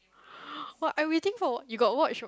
what I will think for you got watch